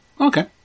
Okay